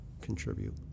contribute